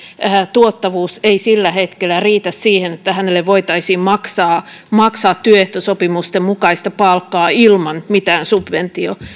tuottavuus ei sillä hetkellä riitä siihen että hänelle voitaisiin maksaa maksaa työehtosopimusten mukaista palkkaa ilman mitään subventiota